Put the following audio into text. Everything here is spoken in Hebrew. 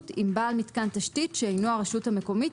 עם בעל מיתקן תשתית שאינו הרשות המקומית,